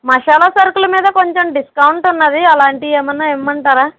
మషాలా సరుకుల మీద కొంచెం డిస్కౌంట్ ఉన్నది అలాంటి ఏమన్నా ఇవ్వమంటారా